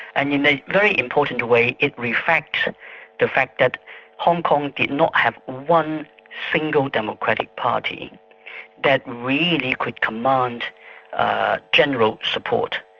and in a very important way it reflects the fact that hong kong did not have one single democratic party that really could command general support,